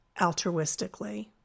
altruistically